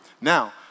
Now